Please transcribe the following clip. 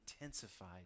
intensified